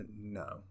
no